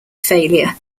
failure